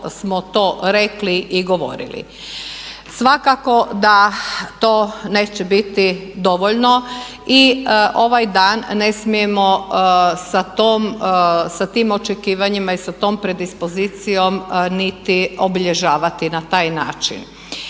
Svakako da to neće biti dovoljno i ovaj dan ne smijemo sa tim očekivanjima i sa tom predispozicijom niti obilježavati na taj način.